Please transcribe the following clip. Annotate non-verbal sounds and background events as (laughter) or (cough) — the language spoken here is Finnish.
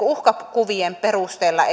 uhkakuvien perusteella (unintelligible)